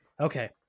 okay